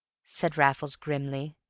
said raffles grimly.